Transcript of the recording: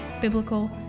biblical